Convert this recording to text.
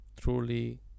truly